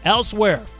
Elsewhere